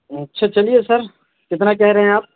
اچھا چلیے سر کتنا کہہ رہے ہیں آپ